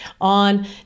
on